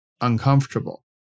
uncomfortable